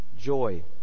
joy